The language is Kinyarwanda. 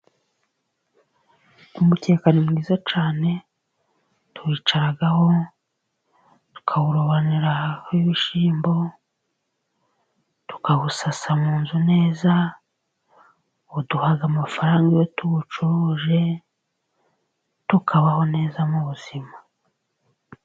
Umukeka ni mwiza cyane tuwicaraho, tukawurobanuriraho ibishyimbo, tukawusasa mu nzu neza, uduha amafaranga iyo tuwucuruje tukabaho neza mu buzima.